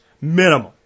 Minimum